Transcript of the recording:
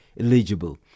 eligible